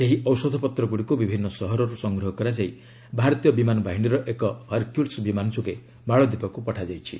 ସେହି ଔଷଧପତ୍ରଗୁଡ଼ିକୁ ବିଭିନ୍ନ ସହରରୁ ସଂଗ୍ରହ କରାଯାଇ ଭାରତୀୟ ବିମାନ ବାହିନୀର ଏକ ହରକ୍ୟୁଲସ୍ ବିମାନ ଯୋଗେ ମାଳଦୀପକୁ ପଠାଯାଇଛି